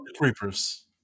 creepers